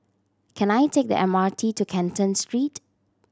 can I take the M R T to Canton Street